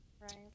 Right